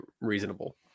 reasonable